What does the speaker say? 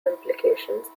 implications